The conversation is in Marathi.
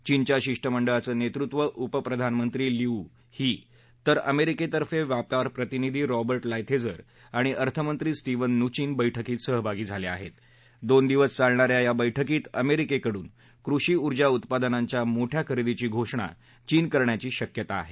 चीनच्या शिष्टमंडळाचं नेतृत्व उपप्रधानमंत्री लीऊ ही तर अमेरिकेतफे व्यापार प्रतिनिधी रॉबर्ट लायथेझर आणि अर्थमंत्री स्टीव्हन नुचिन बैठकीत सहभागी झाले आहेत दोन दिवस चालणाऱ्या या बैठकीत अमेरिकेकडून कृषी ऊर्जा उत्पादनांच्या मोठया खरेदीची घोषणा चीन करण्याची शक्यता आहे